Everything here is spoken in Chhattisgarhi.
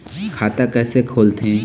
खाता कइसे खोलथें?